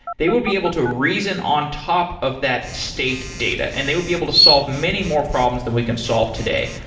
would be able to reason on top of that state data and they would be able to solve many more problems than we can solve today.